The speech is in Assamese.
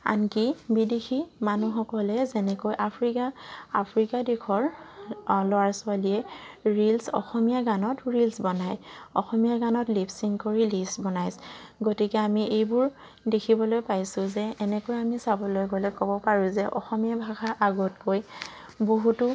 আনকি বিদেশী মানুহসকলে যেনেকৈ আফ্ৰিকা আফ্ৰিকা দেশৰ ল'ৰা ছোৱালীয়ে ৰিলছ অসমীয়া গানত ৰিলছ বনায় অসমীয়া গানত লিপছিংক কৰি ৰিলছ বনায় গতিকে আমি এইবোৰ দেখিবলৈ পাইছোঁ যে এনেকৈ আমি চাবলৈ গ'লে ক'ব পাৰোঁ যে অসমীয়া ভাষা আগতকৈ বহুতো